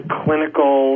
clinical